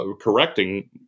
correcting